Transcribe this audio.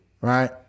right